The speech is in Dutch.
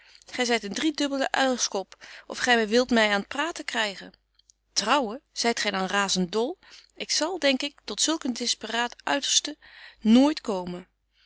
gy zyt een driedubbelde uilskop of gy wilt my aan t praten krygen trouwen zyt gy dan razent dol ik zal denk ik tot zulk een disperaat uiterste nooit komen